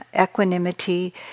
equanimity